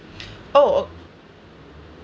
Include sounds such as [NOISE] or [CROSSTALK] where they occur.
[NOISE] oh